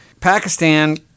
Pakistan